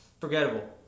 forgettable